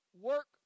work